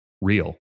Real